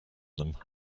them